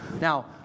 Now